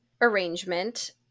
arrangement